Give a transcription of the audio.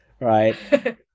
right